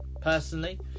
personally